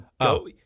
Go